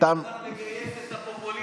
היית צריך לגייס את הפופוליסטים,